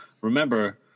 remember